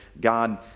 God